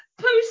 Post